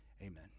amen